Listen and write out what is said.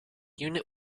unit